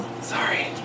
sorry